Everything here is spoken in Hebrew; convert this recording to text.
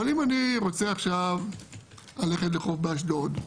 אבל אם אני רוצה עכשיו ללכת לחוף באשדוד,